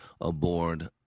aboard